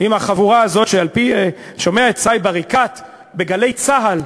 עם החבורה הזאת, שומע את סאיב עריקאת ב"גלי צה"ל",